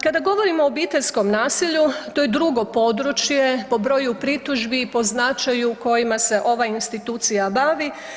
Kada govorimo o obiteljskom nasilju to je drugo područje po broju pritužbi i po značaju kojima se ova institucija bavi.